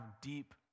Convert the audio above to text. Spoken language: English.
deep